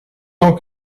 tant